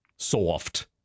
Soft